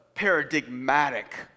paradigmatic